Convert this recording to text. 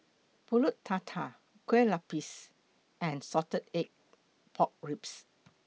Pulut Tatal Kue Lupis and Salted Egg Pork Ribs